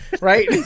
Right